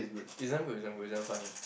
it's damn good it's damn good it's damn funny